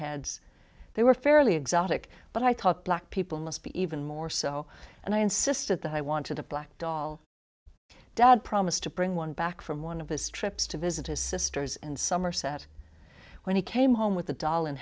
heads they were fairly exotic but i thought black people must be even more so and i insisted that i wanted a black doll dad promised to bring one back from one of his trips to visit his sisters and somerset when he came home with the doll